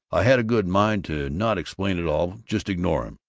i had a good mind to not explain at all just ignore him